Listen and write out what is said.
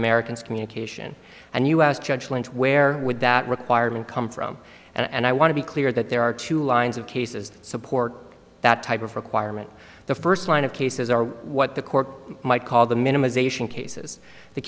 americans communication and u s judgment where would that requirement come from and i want to be clear that there are two lines of cases to support that type of requirement the first line of cases are what the court might call the minimisation cases the